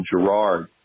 Gerard